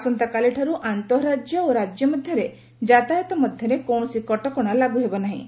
ଆସନ୍ତାକାଲିଠାରୁ ଆନ୍ତଃରାଜ୍ୟ ଓ ରାଜ୍ୟ ମଧ୍ୟରେ ଯାତାୟାତ ମଧ୍ୟରେ କୌଣସି କଟକଣା ଲାଗୁ ହେବ ନାହିଁ